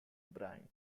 brine